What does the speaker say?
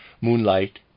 Moonlight